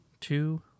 two